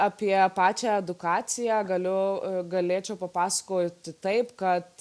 apie pačią edukaciją galiu galėčiau papasakoti taip kad